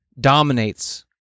dominates